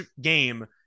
game